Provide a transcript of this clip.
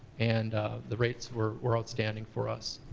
and the rates were were outstanding for us.